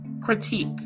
critique